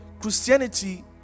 Christianity